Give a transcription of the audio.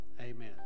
amen